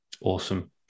Awesome